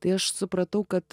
tai aš supratau kad